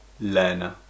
learner